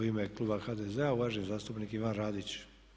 U ime kluba HDZ-a uvaženi zastupnik Ivan Radić.